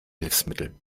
hilfsmittel